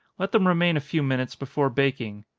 let them remain a few minutes before baking.